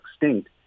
extinct